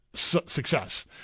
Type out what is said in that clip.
success